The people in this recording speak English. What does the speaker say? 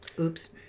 oops